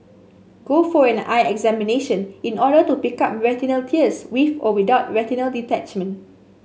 go for an eye examination in order to pick up retinal tears with or without retinal detachment